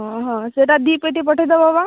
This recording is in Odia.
ହଁ ହଁ ସେଟା ଦୁଇ ପେଟି ପଠେଇ ଦେବ ବା